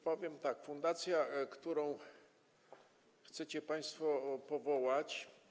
Powiem tak: fundacja, którą chcecie państwo powołać.